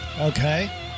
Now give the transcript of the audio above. Okay